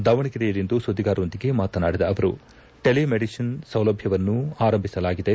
ದಾವಣಗೆರೆಯಲ್ಲಿಂದು ಸುದ್ದಿಗಾರರೊಂದಿಗೆ ಮಾತನಾಡಿದ ಅವರು ಟೆಲಿ ಮೆಡಿಸಿನ್ ಸೌಲಭ್ಯವನ್ನು ಆರಂಭಿಸಲಾಗಿದೆ